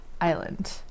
Island